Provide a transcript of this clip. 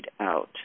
out